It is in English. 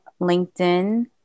LinkedIn